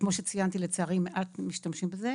שכמו שציינתי, לצערי מעט משתמשים בזה.